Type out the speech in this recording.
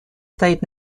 стоит